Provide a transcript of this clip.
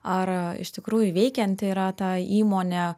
ar iš tikrųjų veikianti yra ta įmonė